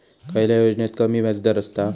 खयल्या योजनेत कमी व्याजदर असता?